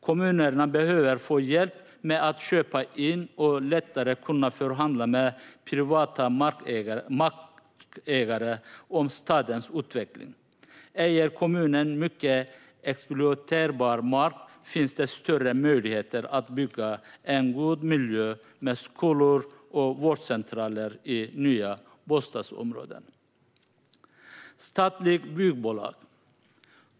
Kommunerna behöver få hjälp med att köpa in och att lättare kunna förhandla med privata markägare om stadens utveckling. Äger kommuner mycket exploaterbar mark finns det större möjligheter att bygga en god miljö med skolor och vårdcentraler i nya bostadsområden.